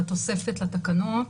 בתוספת לתקנות,